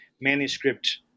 manuscript